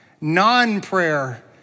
Non-prayer